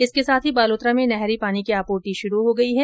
इसके साथ ही बालोतरा में नहरी पानी की आपूर्ति शुरू हो गई है